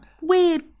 weird